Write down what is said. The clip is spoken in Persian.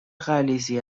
غلیظی